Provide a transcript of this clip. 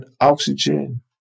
oxygen